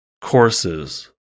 courses